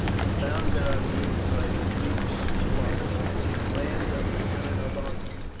and bounded on the east by the region of swamps the land of the trinobantes,